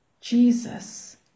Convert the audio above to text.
Jesus